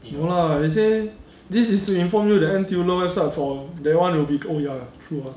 no lah they say this is to inform you that N_T_U learn website for that one will be oh ya true ah